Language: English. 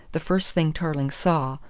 the first thing tarling saw,